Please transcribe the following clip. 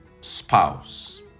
spouse